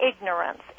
ignorance